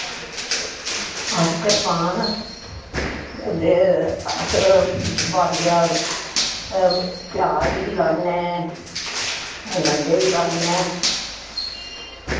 अस करसान ते अस बाड़िया प्याज़ बी लाने अ गंढे बी लाने